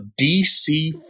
DC